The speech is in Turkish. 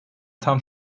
tam